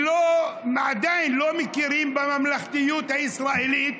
שעדיין לא מכירים בממלכתיות הישראלית,